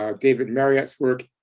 um david marriott's work,